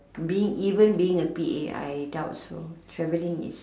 being even being a P_A I doubt so traveling is